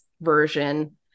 version